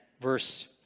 verse